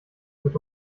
mit